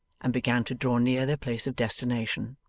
and began to draw near their place of destination.